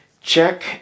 Check